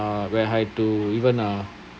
uh where I had to even uh